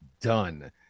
done